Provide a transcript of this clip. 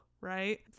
right